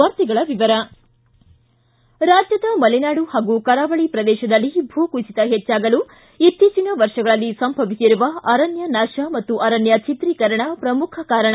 ವಾರ್ತೆಗಳ ವಿವರ ರಾಜ್ಯದ ಮಲೆನಾಡು ಹಾಗೂ ಕರಾವಳಿ ಪ್ರದೇಶದಲ್ಲಿ ಭೂಕುಸಿತ ಹೆಚ್ಚಾಗಲು ಇತ್ತೀಚನ ವರ್ಷಗಳಲ್ಲಿ ಸಂಭವಿಸಿರುವ ಅರಣ್ಯ ನಾಶ ಮತ್ತು ಅರಣ್ಯ ಛಿದ್ರೀಕರಣ ಪ್ರಮುಖ ಕಾರಣ